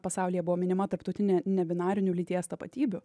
pasaulyje buvo minima tarptautinė nebinarinių lyties tapatybių